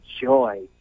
joy